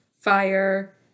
Fire